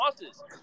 losses